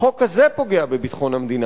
החוק הזה פוגע בביטחון המדינה.